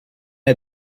had